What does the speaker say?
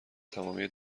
تمامی